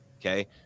Okay